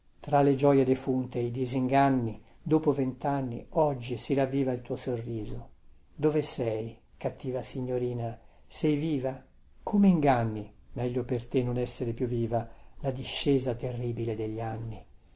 tra le gioie defunte e i disinganni dopo ventanni oggi si ravviva il tuo sorriso dove sei cattiva signorina sei viva come inganni la discesa terribile degli anni